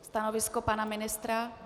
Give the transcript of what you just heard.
Stanovisko pana ministra?